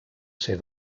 ser